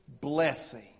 blessing